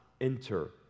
enter